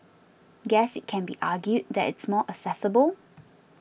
guess it can be argued that it's more accessible